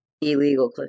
Illegal